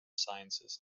sciences